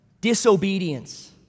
disobedience